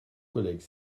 collègues